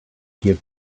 give